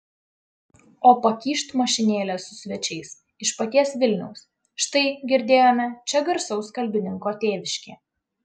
o pakyšt mašinėlė su svečiais iš paties vilniaus štai girdėjome čia garsaus kalbininko tėviškė